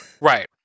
Right